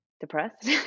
depressed